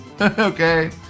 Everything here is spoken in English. okay